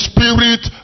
Spirit